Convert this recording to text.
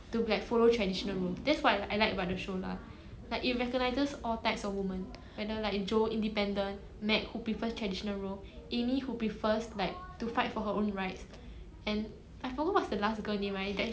beth the one she passed away right